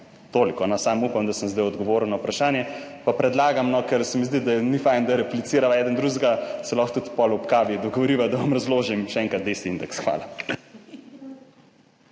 Toliko. Upam, da sem zdaj odgovoril na vprašanje. Pa predlagam, ker se mi zdi, da ni fajn, da replicirava eden drugemu, se lahko tudi potem ob kavi dogovoriva, da vam razložim še enkrat DESI indeks. Hvala.